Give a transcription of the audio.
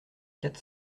quatre